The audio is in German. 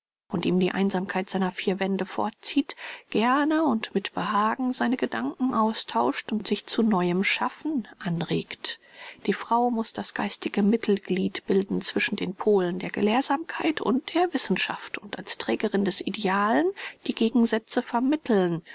und ihm die einsamkeit seiner vier wände vorzieht gerne und mit behagen seine gedanken austauscht und sich zu neuem schaffen anregt die frau muß das geistige mittelglied bilden zwischen den polen der gelehrsamkeit und der wissenschaft und als trägerin des idealen die gegensätze vermitteln